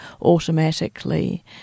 automatically